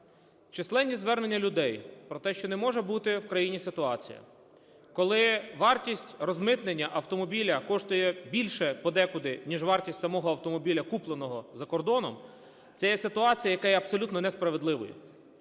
численні звернення людей про те, що не може бути в країні ситуація, коли вартість розмитнення автомобіля коштує більше подекуди, ніж вартість самого автомобіля, купленого за кордоном, це є ситуація, яка є абсолютно несправедливою.